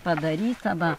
padaryta va